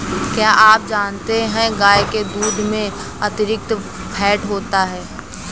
क्या आप जानते है गाय के दूध में अतिरिक्त फैट होता है